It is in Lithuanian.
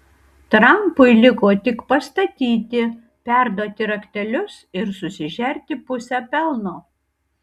trampui liko tik pastatyti perduoti raktelius ir susižerti pusę pelno